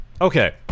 Okay